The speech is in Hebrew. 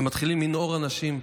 ומתחילים לנהור אנשים,